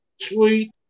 Sweet